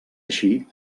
així